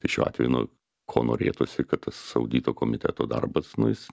tai šiuo atveju nu ko norėtųsi kad tas audito komiteto darbas nu jis